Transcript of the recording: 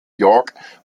york